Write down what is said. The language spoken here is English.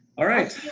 alright.